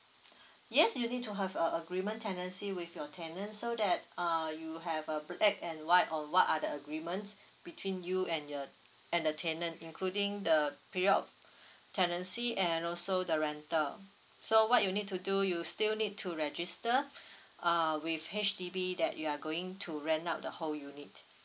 yes you need to have a agreement tenancy with your tenant so that uh you have a black and white on what are the agreement between you and your and the tenant including the period of tenancy and also the rental so what you need to do you still need to register uh with H_D_B that you are going to rent out the whole unit